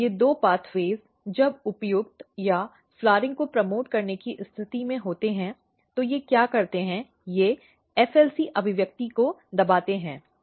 ये दो पेथ्वे जब उपयुक्त या फ़्लाउरइंग को प्रमोट करने की स्थिति में होते हैं तो ये क्या करते हैं ये FLC अभिव्यक्ति को दबाते हैं